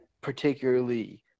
particularly